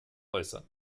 äußern